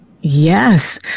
Yes